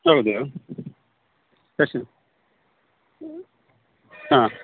ಹೌದು ಪೇಶಂಟ್ ಹಾಂ